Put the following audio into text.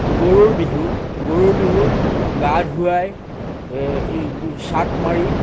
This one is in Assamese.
গৰুৰ বিহু গৰুৰ বিহু গা ধুৱাই চাট মাৰি